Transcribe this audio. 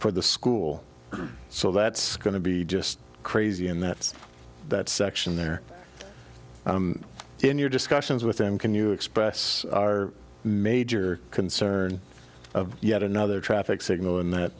for the school so that's going to be just crazy and that's that section there in your discussions with him can you express our major concern yet another traffic signal in th